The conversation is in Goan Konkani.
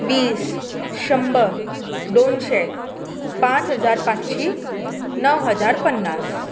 वीस शंभर दोनशें पांच हजार पांचशी णव हजार पन्नास